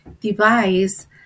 device